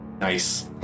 nice